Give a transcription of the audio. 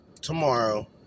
tomorrow